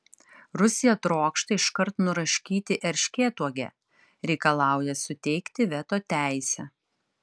rusija trokšta iškart nuraškyti erškėtuogę reikalauja suteikti veto teisę